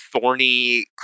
thorny